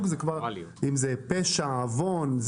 אם זה פשע או עוון,